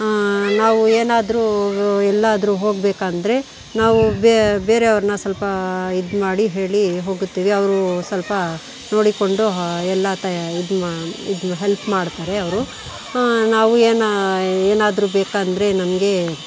ನಾವು ಏನಾದರೂ ಎಲ್ಲಾದರೂ ಹೋಗಬೇಕಂದ್ರೆ ನಾವು ಬೇರೆಯವರನ್ನ ಸ್ವಲ್ಪ ಇದು ಮಾಡಿ ಹೇಳಿ ಹೋಗುತ್ತೇವೆ ಅವರು ಸ್ವಲ್ಪ ನೋಡಿಕೊಂಡು ಎಲ್ಲ ತಯಾ ಇದು ಮಾ ಇದನ್ನ ಹೆಲ್ಪ್ ಮಾಡ್ತಾರೆ ಅವರು ನಾವು ಏನು ಏನಾದರೂ ಬೇಕಂದರೆ ನಮಗೆ